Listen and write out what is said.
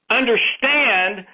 understand